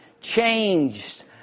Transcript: changed